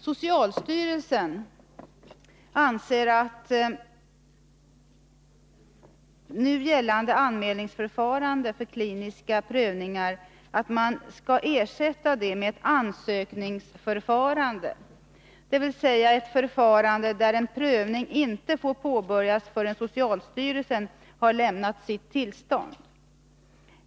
Socialstyrelsen anser att nu gällande anmälningsförfarande för kliniska prövningar bör ersättas med ett ansökningsförfarande, dvs. ett förfarande där en prövning inte får påbörjas förrän socialstyrelsen har lämnat sitt tillstånd.